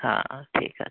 হাঁ ঠিক আছে